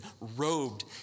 robed